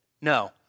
no